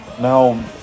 Now